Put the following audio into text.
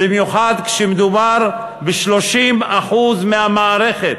במיוחד כשמדובר ב-30% מהמערכת.